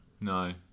No